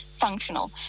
functional